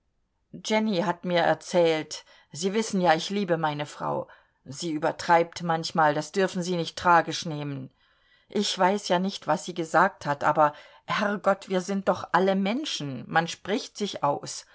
jenny hat mir erzählt sie wissen ja ich liebe meine frau sie übertreibt manchmal das dürfen sie nicht tragisch nehmen ich weiß ja nicht was sie gesagt hat aber herrgott wir sind doch alle menschen man spricht sich aus